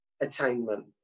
attainment